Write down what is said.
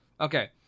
Okay